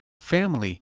family